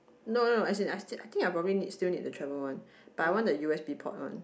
no no as in I still I still probably need still need the travel one but I want the u_s_b port one